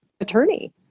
attorney